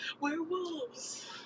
Werewolves